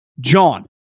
JOHN